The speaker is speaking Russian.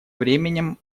временем